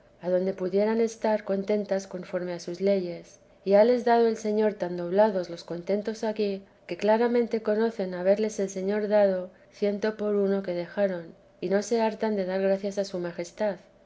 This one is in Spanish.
adonde pudieran estar contentas conforme a sus leyes y hales dado el señor tan doblados los contentos aquí que claramente conocen haberles el señor dado ciento por uno que dejaron y no se hartan de dar gracias a su majestad